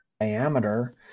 diameter